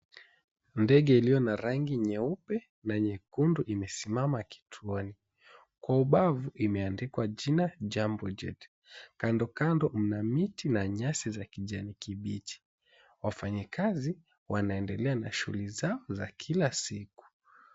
Ndege iliyo na rangi nyeupe na nyekundu imesimama kituoni. Kwa ubavu imeandikwa jina, Jambo Jet. Kandokando mna miti na nyasi za kijani kibichi. Wafanyikazi wanaendelea na shughuli zao za kila siku.